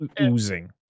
oozing